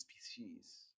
species